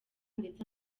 ndetse